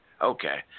Okay